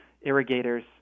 irrigators